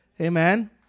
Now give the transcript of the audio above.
Amen